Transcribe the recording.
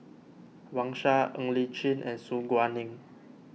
Wang Sha Ng Li Chin and Su Guaning